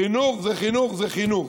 חינוך זה חינוך זה חינוך.